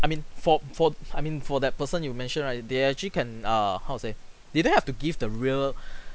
I mean for for I mean for that person you mention right they actually can err how to say they don't have to give the real